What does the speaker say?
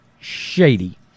shady